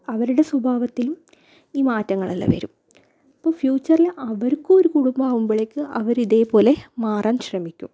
അവരുടെ സ്വഭാവത്തിലും ഈ മാറ്റങ്ങളെല്ലാം വരും അപ്പോൾ ഫ്യൂച്ചറിൽ അവർക്കും ഒരു കുടുംബം ആവുമ്പോളേക്ക് അവരും ഇതേപോലെ മാറാൻ ശ്രമിക്കും